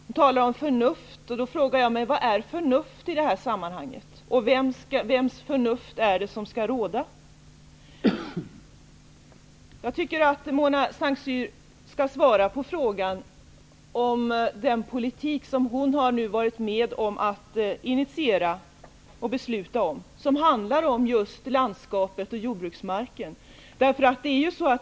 Hon talar om förnuft, och jag frågar mig: Vad är förnuft i det här sammanhanget? Vems förnuft är det som skall råda? Jag tycker att Mona Saint Cyr skall svara på frågan om den politik som hon nu har varit med om att initiera och besluta om, som handlar om just landskapet och jordbruksmarken.